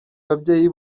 ababyeyi